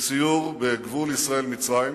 לסיור בגבול ישראל מצרים,